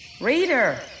Reader